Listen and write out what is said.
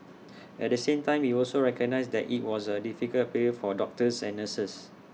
at the same time he also recognised that IT was A difficult period for doctors and nurses